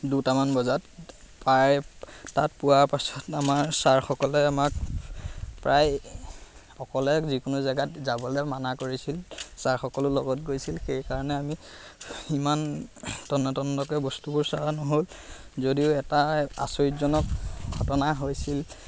দুটামান বজাত পায় তাত পোৱাৰ পাছত আমাৰ ছাৰসকলে আমাক প্ৰায় অকলে যিকোনো জেগাত যাবলৈ মানা কৰিছিল ছাৰসকলো লগত গৈছিল সেইকাৰণে আমি ইমান তন্ন তন্নকৈ বস্তুবোৰ চোৱা নহ'ল যদিও এটা আচৰিতজনক ঘটনা হৈছিল